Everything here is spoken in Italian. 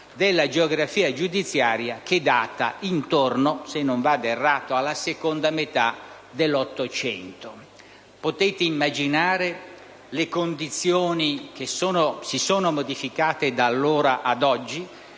della geografia giudiziaria, che data intorno, se non vado errato, alla seconda metà dell'Ottocento. Potete immaginare le condizioni che si sono modificate da allora ad oggi